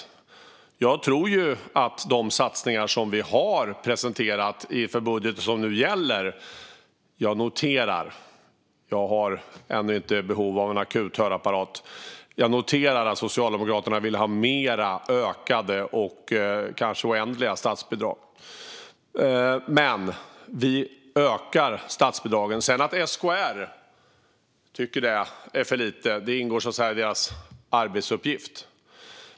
Jag tror på de satsningar som vi har presenterat i budgeten och som nu gäller. Jag har ännu inte akut behov av hörapparat, utan jag har noterat att Socialdemokraterna vill ha utökade och kanske oändliga statsbidrag. Men vi ökar statsbidragen. Att SKR sedan tycker att det är för lite ingår så att säga i deras arbetsuppgift.